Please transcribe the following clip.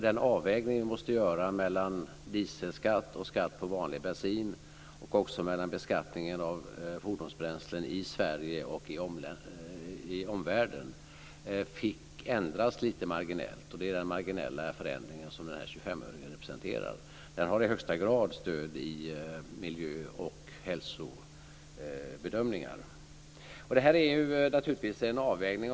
Den avvägning vi måste göra mellan dieselskatt och skatt på vanlig bensin och också mellan beskattningen av fordonsbränslen i Sverige och i omvärlden fick ändras lite marginellt. Det är den marginella förändring som denna 25-öring representerar. Den har i högsta grad stöd i miljö och hälsobedömningar. Detta är naturligtvis en avvägning.